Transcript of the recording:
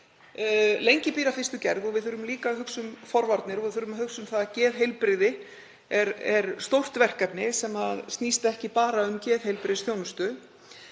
lengi býr að fyrstu gerð. Við þurfum líka að hugsa um forvarnir og við þurfum að hugsa um að geðheilbrigði er stórt verkefni sem snýst ekki bara um geðheilbrigðisþjónustu.